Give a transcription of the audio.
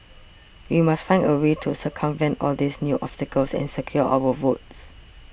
we must find a way to circumvent all these new obstacles and secure our votes